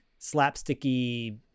slapsticky